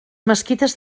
mesquites